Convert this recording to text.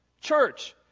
Church